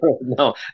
no